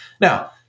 Now